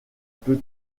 plus